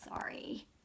Sorry